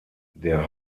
der